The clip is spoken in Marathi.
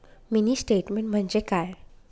मिनी स्टेटमेन्ट म्हणजे काय?